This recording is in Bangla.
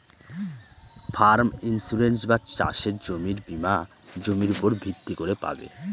ফার্ম ইন্সুরেন্স বা চাসের জমির বীমা জমির উপর ভিত্তি করে পাবে